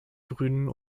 grünen